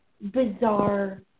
bizarre